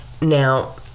Now